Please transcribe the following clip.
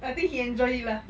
I think he enjoy it lah